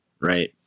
Right